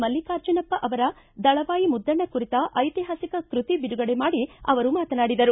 ಮಲ್ಲಿಕಾರ್ಜುನಪ್ಪ ಅವರ ದಳವಾಯಿ ಮುದ್ದಣ್ಣ ಕುರಿತ ಐತಿಹಾಸಿಕ ಕೃತಿ ಬಿಡುಗಡೆ ಮಾಡಿ ಅವರು ಮಾತನಾಡಿದರು